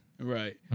right